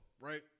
Right